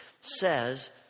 says